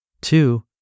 Two